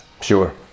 sure